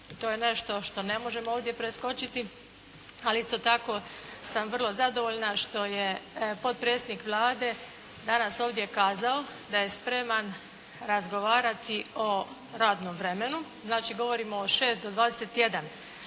To je nešto što ne možemo ovdje preskočiti, ali isto tako sam vrlo zadovoljna što je potpredsjednik Vlade danas ovdje kazao da je spreman razgovarati o radnom vremenu, znači govorimo od 6 do 21.